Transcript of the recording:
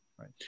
Right